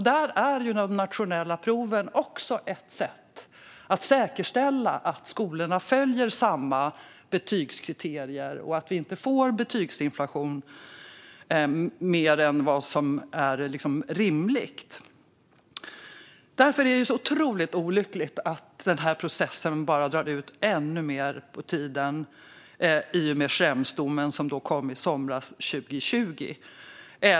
De nationella proven är ett sätt att säkerställa att skolorna följer samma betygskriterier och att vi inte får mer än en rimlig betygsinflation. Därför är det otroligt olyckligt att den här processen drar ut ännu mer på tiden i och med Schremsdomen, som kom sommaren 2020.